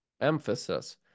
emphasis